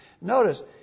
Notice